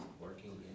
Working